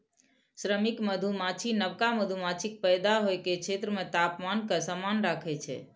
श्रमिक मधुमाछी नवका मधुमाछीक पैदा होइ के क्षेत्र मे तापमान कें समान राखै छै